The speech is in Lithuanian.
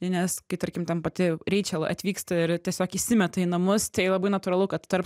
nes kai tarkim ten pati reičel atvyksta ir tiesiog įsimeta į namus tai labai natūralu kad tarp